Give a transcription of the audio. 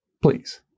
please